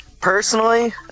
personally